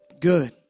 Good